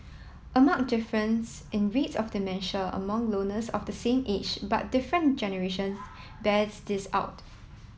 a marked difference in rates of dementia among loners of the same age but different generations bears this out